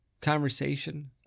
conversation